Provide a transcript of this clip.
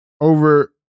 Over